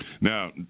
Now